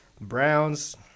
Browns